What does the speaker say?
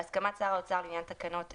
בהסכמת שר האוצר לעניין תקנת 1,